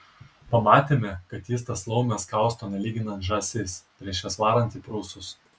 pamatėme kad jis tas laumes kausto nelyginant žąsis prieš jas varant į prūsus